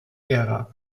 ära